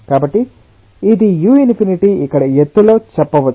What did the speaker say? కాబట్టి ఇది u∞ ఇక్కడ ఎత్తులో చెప్పవచ్చు